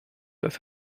dass